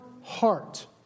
heart